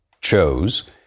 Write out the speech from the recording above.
chose